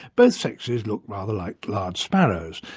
both sexes look rather like large sparrows.